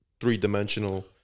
three-dimensional